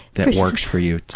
that works for you too.